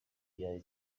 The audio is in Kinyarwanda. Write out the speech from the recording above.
bya